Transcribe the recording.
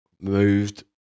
moved